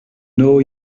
know